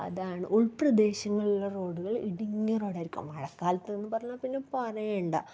അതാണ് ഉൾപ്രദേശങ്ങളിലെ റോഡുകൾ ഇടുങ്ങിയ റോഡായിരിക്കും മഴക്കാലത്ത് എന്ന് പറഞ്ഞാൽ പിന്നെ പറയണ്ട